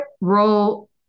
role